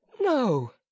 no